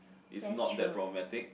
is not that problematic